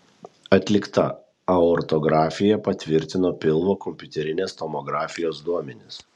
atlikta aortografija patvirtino pilvo kompiuterinės tomografijos duomenis